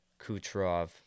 Kucherov